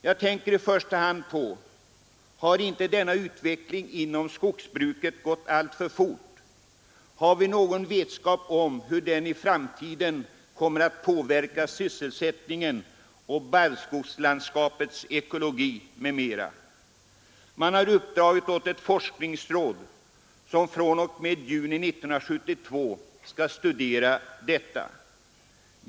Jag frågar mig i första hand, om inte denna utveckling inom skogsbruket gått alltför fort. Har vi någon vetskap om hur den i framtiden kommer att påverka sysselsättningen och barrskogslandskapets ekologi m.m.? Man har uppdragit åt ett forskningsråd att fr.o.m. juni 1972 studera detta.